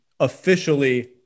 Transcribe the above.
officially